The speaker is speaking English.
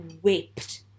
whipped